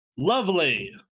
Lovely